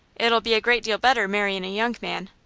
it'll be a great deal better marryin' a young man.